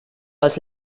les